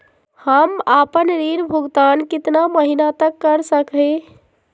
हम आपन ऋण भुगतान कितना महीना तक कर सक ही?